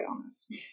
honest